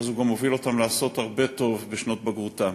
אז הוא גם מוביל אותם לעשות הרבה טוב בשנות בגרותם.